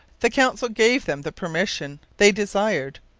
the council gave them the permission they desired,